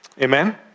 Amen